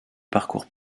parcours